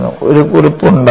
ഒരു കുറിപ്പ് ഉണ്ടാക്കുക